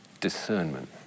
discernment